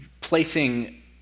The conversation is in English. placing